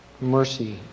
mercy